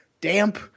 damp